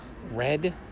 Red